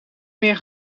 meer